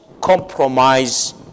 compromise